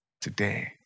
today